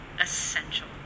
essential